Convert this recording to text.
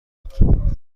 بود